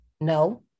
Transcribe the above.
no